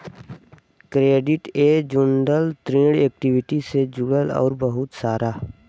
credit ए जुड़ल, ऋण इक्वीटी से जुड़ल अउर बहुते सारा